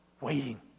waiting